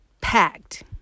packed